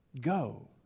Go